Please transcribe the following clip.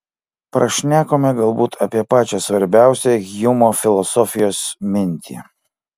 prašnekome galbūt apie pačią svarbiausią hjumo filosofijos mintį